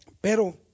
pero